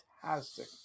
fantastic